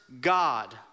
God